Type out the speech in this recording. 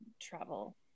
travel